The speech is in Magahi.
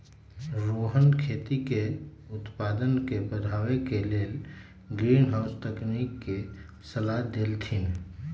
रोहन खेती के उत्पादन के बढ़ावे के लेल ग्रीनहाउस तकनिक के सलाह देलथिन